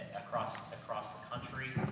across, across the country, ah,